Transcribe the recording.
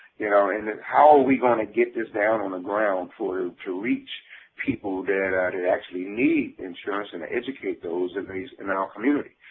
you know, and that how we going to get this down on the ground for to reach people that that actually need insurance and to educate those are based in our community.